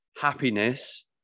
happiness